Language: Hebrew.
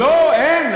לא, אין.